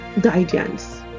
guidance